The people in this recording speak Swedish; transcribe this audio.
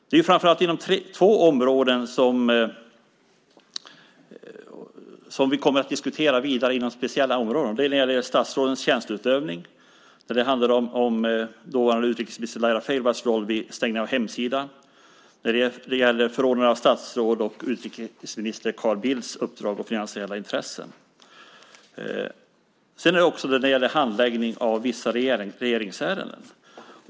Det är framför allt två områden som vi kommer att diskutera vidare inom speciella områden. Det gäller statsrådens tjänsteutövning där det handlar om dåvarande utrikesminister Laila Freivalds roll vid stängning av en hemsida. Det gäller förordnande av statsråd och utrikesminister Carl Bildts uppdrag och finansiella intressen. Det gäller också handläggningen av vissa regeringsärenden.